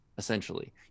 essentially